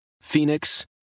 Phoenix